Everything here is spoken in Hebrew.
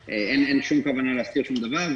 אז אין שום כוונה להסתיר שום דבר.